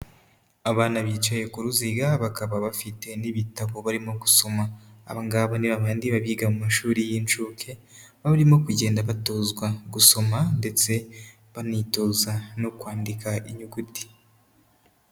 Abana bicaye ku ruziga, bakaba bafite n'ibitabo barimo gusoma. Aba ngabo ni ba babandi baba biga mu mashuri y'incuke, baba barimo kugenda batozwa gusoma ndetse banitoza no kwandika inyuguti.